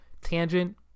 tangent